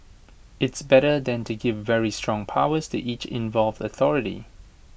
it's better than to give very strong powers to each involved authority